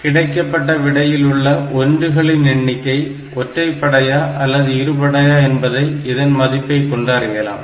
கிடைக்கப்பட்ட விடையில் உள்ள ஒன்றுகளின் எண்ணிக்கை ஒற்றைபடையா அல்லது இருபடையா என்பதை இதன் மதிப்பை கொண்டு அடையலாம்